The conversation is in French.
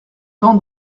dans